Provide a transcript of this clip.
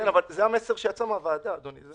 כן, אבל זה המסר שיצא מהוועדה, אדוני.